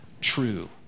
true